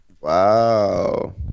Wow